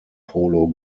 polo